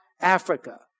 Africa